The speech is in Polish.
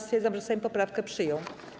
Stwierdzam, że Sejm poprawkę przyjął.